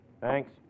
Thanks